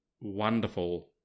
wonderful